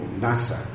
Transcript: NASA